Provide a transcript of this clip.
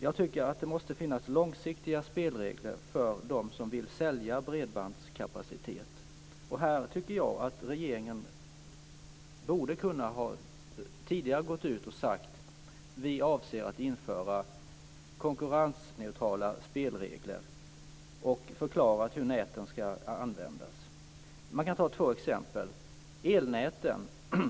Jag tycker att det måste finnas långsiktiga spelregler för dem som vill sälja bredbandskapacitet. Här tycker jag att regeringen tidigare borde ha kunnat gå ut och säga att man avser att införa konkurrensneutrala spelregler och förklara hur näten ska användas. Man kan ta två exempel.